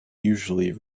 usually